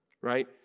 right